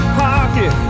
pocket